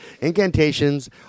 Incantations